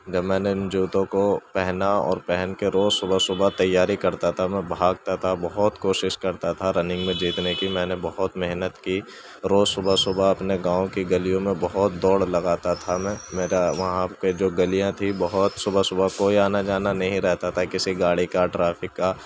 جب میں نے ان جوتوں کو پہنا اور پہن کے روز صبح صبح تیاری کرتا تھا میں بھاگتا تھا بہت کوشش کرتا تھا رننگ میں جیتنے کی میں نے بہت محنت کی روز صبح صبح اپنے گاؤں کی گلیوں میں بہت دوڑ لگاتا تھا میں میرا وہاں پہ جو گلیاں تھی بہت صبح صبح کوئی آنا جانا نہیں رہتا تھا کسی گاڑی کا ٹرافیک کا